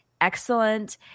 excellent